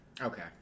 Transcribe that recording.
Okay